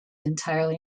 entirely